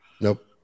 Nope